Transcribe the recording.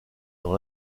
dans